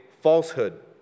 falsehood